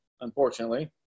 unfortunately